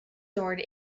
sword